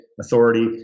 authority